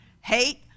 hate